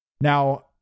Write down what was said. Now